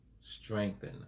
strengthen